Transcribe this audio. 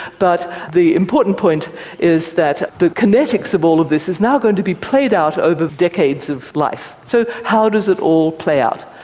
but the important point is that the kinetics of all of this is now going to be played out over decades of life. so how does it all play out?